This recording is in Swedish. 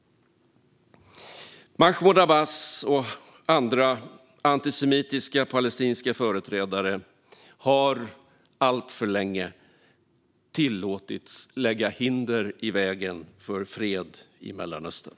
Mahmud Abbas och andra antisemitiska palestinska företrädare har alltför länge tillåtits lägga hinder i vägen för fred i Mellanöstern.